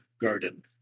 garden